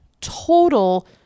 total